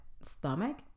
stomach